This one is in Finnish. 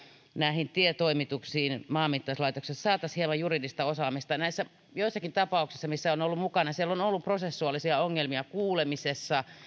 näihin tietoimituksiin maanmittauslaitoksessa saataisiin hieman juridista osaamista näissä joissakin tapauksissa joissa olen ollut mukana siellä on ollut prosessuaalisia ongelmia kuulemisessa